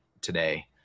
today